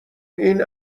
این